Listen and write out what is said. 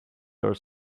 are